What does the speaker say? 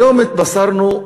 היום התבשרנו,